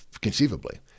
conceivably